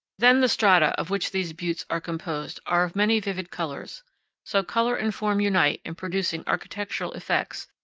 then the strata of which these buttes are composed are of many vivid colors so color and form unite in producing architectural effects,